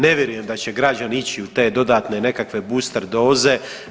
Ne vjerujem da će građani ići u te dodatne nekakve booster doze.